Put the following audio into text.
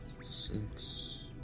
Six